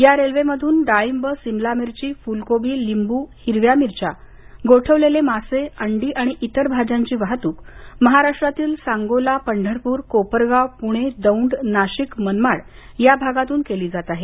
या रेल्वेमधून डाळींब सिमला मिरची फुलकोबी लिंबू हिरव्या मिरची गोठवलेले मासे जिवंत वनस्पती अंडी आणि इतर भाज्याची वाहतूक महाराष्ट्रातील सांगोला पंढरपूर कोपरगाव पुणे दौंड नाशिक मनमाड या भागांतून केली जात आहे